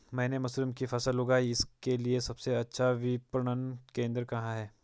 मैंने मशरूम की फसल उगाई इसके लिये सबसे अच्छा विपणन केंद्र कहाँ है?